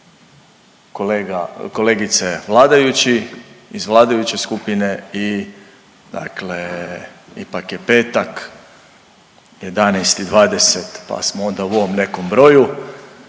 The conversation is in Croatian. kolegice vladajući iz vladajuće skupine i dakle ipak je petak 11,20 pa smo onda u ovom nekom broju